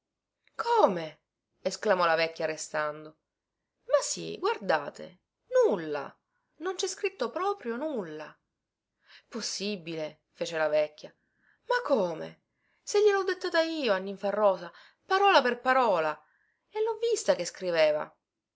come esclamò la vecchia restando ma sì guardate nulla non cè scritto proprio nulla possibile fece la vecchia ma come se glielho dettata io a ninfarosa parola per parola e lho vista che scriveva